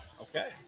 Okay